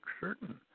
certain